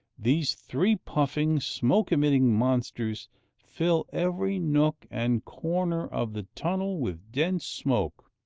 these three puffing, smoke-emitting monsters fill every nook and corner of the tunnel with dense smoke,